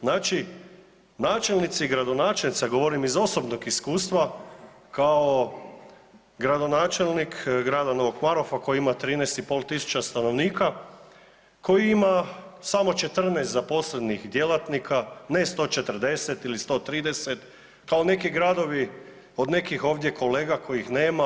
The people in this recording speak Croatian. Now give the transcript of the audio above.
Znači, načelnici i gradonačelnici, govorim iz osobnog iskustva kao gradonačelnik grada Novog Marofa koji ima 13 i pol tisuća stanovnika, koji ima samo 14 zaposlenih djelatnika, ne 140 ili 130 kao neki gradovi od nekih ovdje kolega kojih nema.